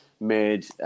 made